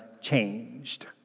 changed